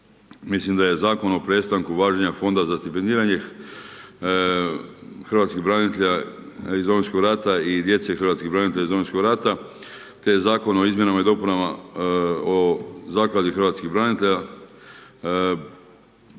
mislim da je Zakon o prestanku važenja fonda za stipendiranje hrvatskih branitelja iz Domovinskog rata i djece hrvatskih branitelja iz Domovinskog rata te zakon o izmjenama i dopunama Zakona o Zakladi hrvatskih branitelja,